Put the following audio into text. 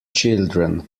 children